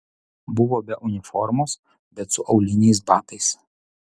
buvo be uniformos bet su auliniais batais